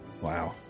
Wow